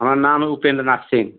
हमार नाम है भूपेन्द्र नाथ सिंह